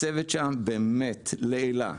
הצוות שם - באמת לעילא,